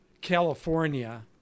California